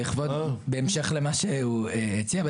בהמשך למה שהוא הציע,